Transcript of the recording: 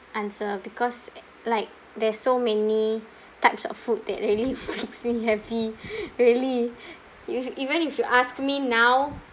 answer because like there's so many types of food that really makes me happy really you even if you ask me now